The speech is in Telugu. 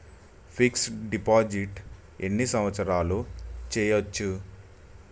ఫిక్స్ డ్ డిపాజిట్ ఎన్ని సంవత్సరాలు చేయచ్చు?